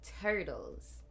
turtles